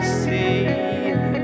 see